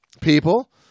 people